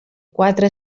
quatre